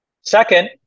Second